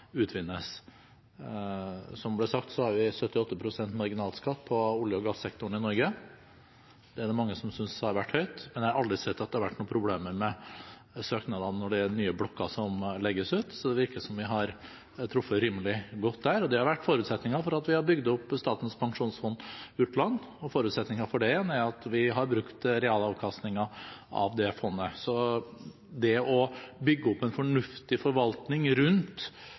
utvinnes. Som det ble sagt, har vi 78 pst. marginalskatt på olje- og gassektoren i Norge. Det er det mange som synes har vært høyt, men jeg har aldri sett at det har vært noen problemer med søknadene når det er nye blokker som legges ut, så det virker som vi har truffet rimelig godt der. Det har vært forutsetningen for at vi har bygd opp Statens pensjonsfond utland, og forutsetningen for det igjen er at vi har brukt realavkastningen av det fondet. Hvis vi kan bidra med å bygge opp en fornuftig forvaltning rundt